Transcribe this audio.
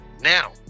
Now